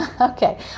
okay